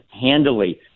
handily